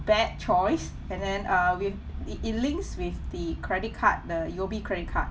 bad choice and then uh with it it links with the credit card the U_O_B credit card